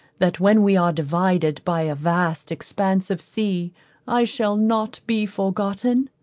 that when we are divided by a vast expanse of sea i shall not be forgotten?